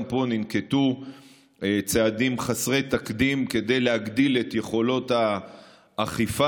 גם פה ננקטו צעדים חסרי תקדים כדי להגדיל את יכולות האכיפה.